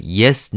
yes